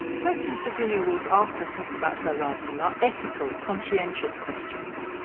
questions virginia woolf asked herself about her writing are ethical, conscientious questions.